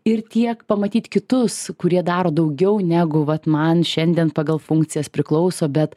ir tiek pamatyt kitus kurie daro daugiau negu vat man šiandien pagal funkcijas priklauso bet